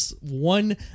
one